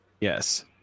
yes